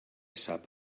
sap